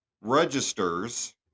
registers